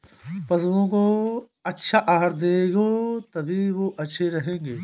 पशुओं को अच्छा आहार दोगे तभी वो स्वस्थ रहेंगे